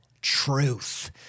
truth